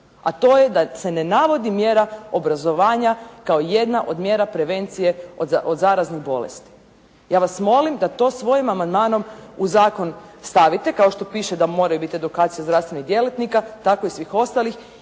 A to je da se ne navodi mjera obrazovanja kao jedna od mjera prevencije od zaraznih bolesti. Ja vas molim da to svojim amandmanom u zakon stavite kao što piše da mora biti edukacija zdravstvenih djelatnika tako i svih ostalih